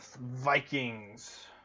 Vikings